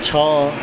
ଛଅ